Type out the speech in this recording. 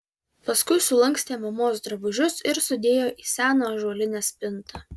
paskui sulankstė mamos drabužius ir sudėjo į seną ąžuolinę spintą